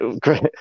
great